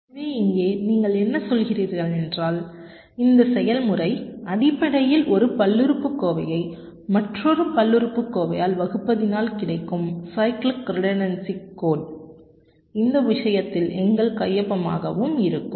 எனவே இங்கே நீங்கள் என்ன சொல்கிறீர்கள் என்றால் இந்த செயல்முறை அடிப்படையில் ஒரு பல்லுறுப்புக்கோவையை மற்றொரு பல்லுறுப்புக்கோவையால் வகுப்பதினால் கிடைக்கும் சைக்ளிக் ரிடண்டன்சி கோட் இந்த விஷயத்தில் எங்கள் கையொப்பமாகவும் இருக்கும்